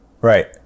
Right